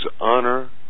honor